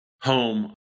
home